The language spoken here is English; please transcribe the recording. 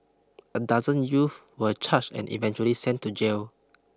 a dozen youth were charged and eventually sent to jail